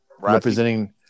Representing